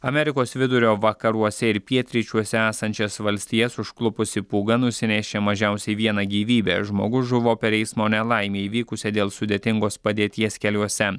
amerikos vidurio vakaruose ir pietryčiuose esančias valstijas užklupusi pūga nusinešė mažiausiai vieną gyvybę žmogus žuvo per eismo nelaimę įvykusią dėl sudėtingos padėties keliuose